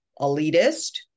elitist